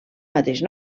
mateix